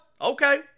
Okay